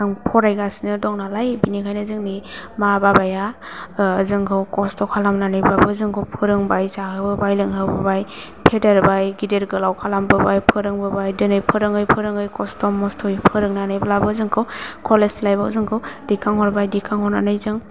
आं फरायगासिनो दङ नालाय बिनिखायनो जोंनि मा बाबाया जोंखौ खस्थ' खालामनानैबाबो जोंखौ फोरोंबाय जाहोबोबाय लोंहोबोबाय फेदेरबोबाय गिदिर गोलाव खालामबोबाय फोरोंबोबाय दिनै फोरोङै फोरोङै खस्थ' मस्थ'यै फोरोंनानैब्लाबो जोंखौ कलेज लाइफ आव जोंखौ दिखांहरबाय दिखांहरनानै जों